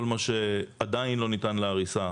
כל מה שעדיין לא ניתן להריסה,